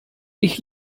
ich